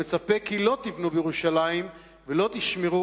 המצפה כי לא תבנו בירושלים ולא תשמרו